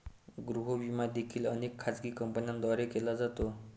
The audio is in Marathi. गृह विमा देखील अनेक खाजगी कंपन्यांद्वारे केला जातो